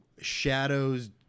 Shadows